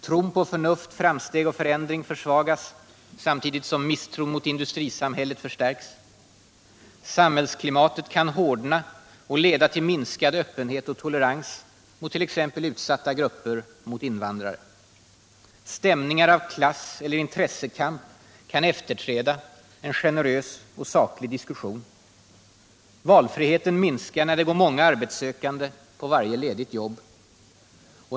Tron på förnuft, framsteg och förändring försvagas, samtidigt som misstron mot industrisamhället förstärks. Samhällsklimatet kan hårdna och leda till minskad öppenhet och tolerans, t.ex. mot utsatta grupper och mot invandrare. Stämningar av klasseller intressekamp kan efterträda en generös och saklig diskussion. Valfriheten minskar när det går många arbetssökande på varje ledigt jobb.